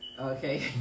Okay